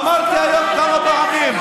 אמרתי היום כמה פעמים: